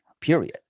period